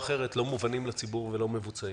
אחרת לא מובנים לציבור ולא מבוצעים.